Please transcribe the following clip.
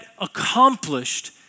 accomplished